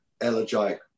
elegiac